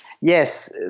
yes